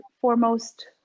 foremost